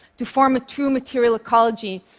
to form a two-material ecology,